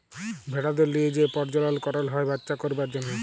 ভেড়াদের লিয়ে যে পরজলল করল হ্যয় বাচ্চা করবার জনহ